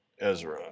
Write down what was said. Ezra